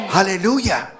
Hallelujah